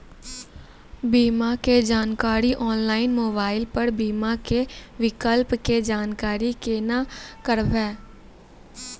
बीमा के जानकारी ऑनलाइन मोबाइल पर बीमा के विकल्प के जानकारी केना करभै?